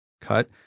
Cut